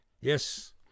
yes